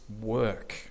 work